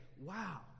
wow